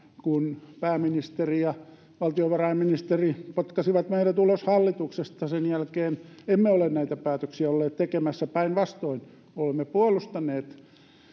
kun pääministeri ja valtiovarainministeri potkaisivat meidät ulos hallituksesta sen jälkeen emme ole näitä päätöksiä olleet tekemässä päinvastoin olemme puolustaneet